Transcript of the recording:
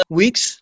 weeks